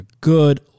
Good